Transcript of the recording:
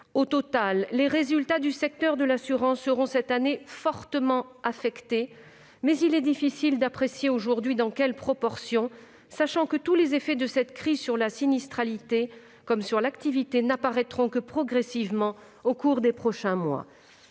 Au total, les résultats du secteur de l'assurance seront cette année fortement affectés, mais il est difficile d'apprécier aujourd'hui dans quelles proportions, sachant que tous les effets de cette crise sur la sinistralité comme sur l'activité n'apparaîtront que progressivement au cours des prochains mois.